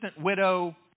widow